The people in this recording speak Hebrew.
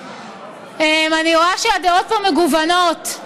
אני רואה שהדעות פה מגוונות,